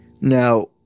now